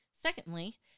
Secondly